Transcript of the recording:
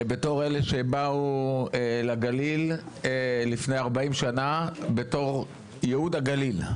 בתור אלה שבאו לגליל לפני 40 שנה בתור ייהוד הגליל.